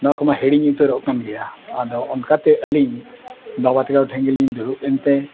ᱱᱚᱣᱟ ᱠᱚᱢᱟ ᱦᱤᱲᱤᱧ ᱩᱛᱟᱹᱨᱚᱜ ᱠᱟᱱ ᱜᱮᱭᱟ ᱟᱫᱚ ᱚᱱᱠᱟᱛᱮ ᱟᱹᱞᱤᱧ ᱵᱟᱵᱟ ᱛᱮᱠᱚ ᱴᱷᱮᱱ ᱜᱮᱞᱤᱧ ᱫᱩᱲᱩᱵ ᱮᱱᱛᱮ